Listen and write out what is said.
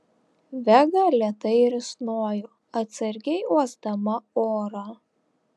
vega lėtai risnojo atsargiai uosdama orą